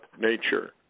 nature